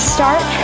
Start